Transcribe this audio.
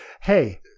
Hey